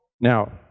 Now